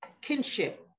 kinship